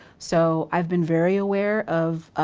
so, i've been very aware of,